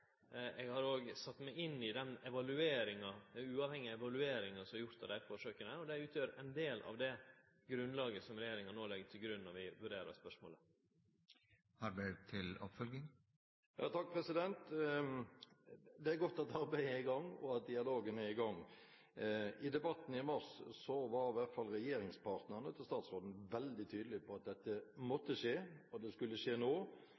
Eg har òg sett meg inn i den uavhengige evalueringa som er gjort av dei forsøka, og det utgjer ein del av det grunnlaget som regjeringa no legg til grunn når vi vurderer spørsmålet. Det er godt at arbeidet er i gang og at dialogen er i gang. I debatten i mars var i hvert fall regjeringspartnerne til statsråden veldig tydelige på at dette måtte skje, og at det skulle skje